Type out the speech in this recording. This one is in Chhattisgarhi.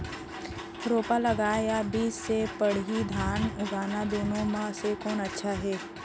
रोपा लगाना या बीज से पड़ही धान उगाना दुनो म से कोन अच्छा हे?